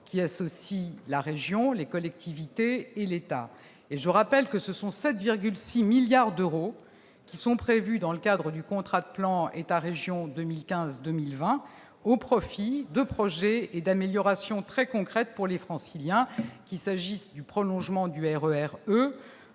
qui associe la région, les collectivités et l'État. Je rappelle que 7,6 milliards d'euros sont prévus dans le cadre du contrat de plan État-région 2015-2020 au profit de projets et d'améliorations très concrètes pour les Franciliens, qu'il s'agisse du prolongement du RER E,